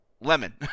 Lemon